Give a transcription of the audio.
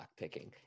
lockpicking